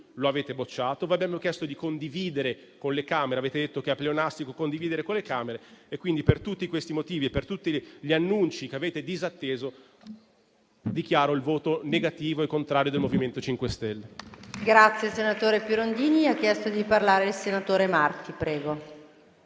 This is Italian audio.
lo avete bocciato. Vi abbiamo chiesto di condividere con le Camere e avete detto che è pleonastico condividere con le Camere. Per tutti questi motivi e per tutti gli annunci che avete disatteso, dichiaro il voto contrario del MoVimento 5 Stelle.